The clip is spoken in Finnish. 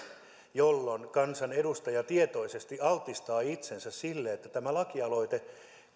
jos kansanedustaja tietoisesti altistaa itsensä sille että tämä lakialoite